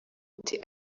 ati